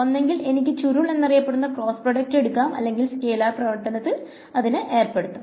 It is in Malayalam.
ഒന്നെങ്കിൽ എനിക്ക് ചുരുൾ എന്നറിയപ്പെടുന്ന ക്രോസ്സ് പ്രോഡക്റ്റ് എടുക്കാം അല്ലെങ്കിൽ സ്കെലാർ പ്രവർത്തനത്തിൽ അതിനെ ഏർപെടുത്താം